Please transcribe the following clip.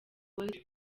gotye